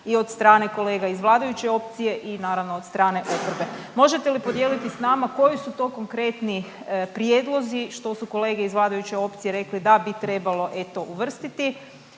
i od strane kolega iz vladajuće opcije i naravno od strane oporbe. Možete li podijeliti s nama koji su to konkretni prijedlozi što su kolege iz vladajuće opcije rekli da bi trebalo eto uvrstiti.